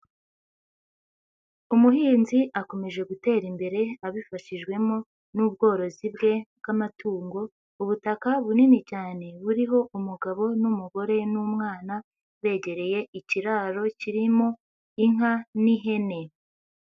Umuhinzi akomeje gutera imbere abifashijwemo n'ubworozi bwe bw'amatungo, ubutaka bunini cyane buriho umugabo n'umugore n'umwana, begereye ikiraro kirimo inka n'ihene.